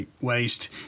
waste